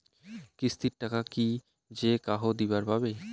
কিস্তির টাকা কি যেকাহো দিবার পাবে?